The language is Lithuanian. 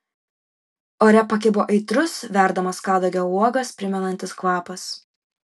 ore pakibo aitrus verdamas kadagio uogas primenantis kvapas